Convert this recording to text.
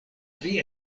pri